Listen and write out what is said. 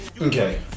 Okay